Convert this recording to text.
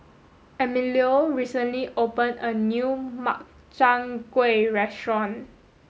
Emilio recently opened a new Makchang gui restaurant